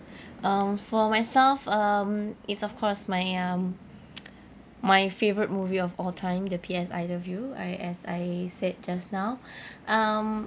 um for myself um it's of course my um my favourite movie of all time the P_S I love you I as I said just now um